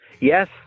Yes